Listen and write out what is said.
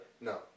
No